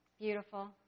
beautiful